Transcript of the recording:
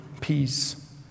Peace